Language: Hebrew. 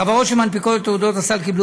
החברות שמנפיקות את תעודות הסל קיבלו